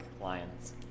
lions